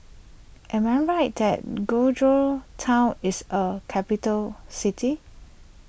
am I right that Georgetown is a capital city